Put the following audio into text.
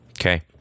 okay